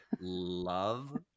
love